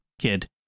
kid